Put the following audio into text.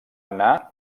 anar